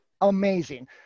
amazing